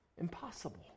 impossible